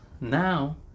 Now